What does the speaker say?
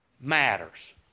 matters